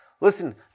Listen